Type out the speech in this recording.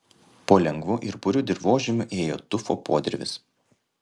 po lengvu ir puriu dirvožemiu ėjo tufo podirvis